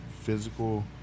physical